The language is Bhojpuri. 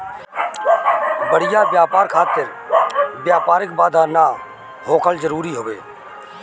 बढ़िया व्यापार खातिर व्यापारिक बाधा ना होखल जरुरी हवे